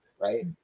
Right